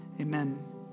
Amen